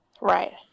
Right